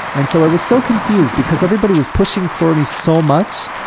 and so i was so confused because everybody was pushing for me so much,